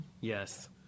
Yes